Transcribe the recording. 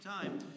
time